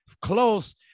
close